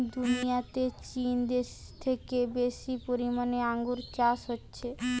দুনিয়াতে চীন দেশে থেকে বেশি পরিমাণে আঙ্গুর চাষ হচ্ছে